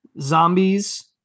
Zombies